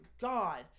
God